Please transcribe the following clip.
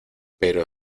pero